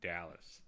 Dallas